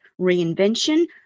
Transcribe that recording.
reinvention